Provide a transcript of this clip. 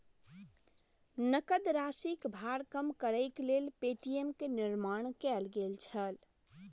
नकद राशि के भार कम करैक लेल पे.टी.एम के निर्माण कयल गेल छल